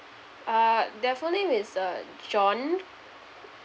uh their full name is uh john